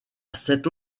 cette